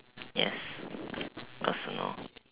yes personal